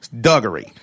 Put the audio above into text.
Duggery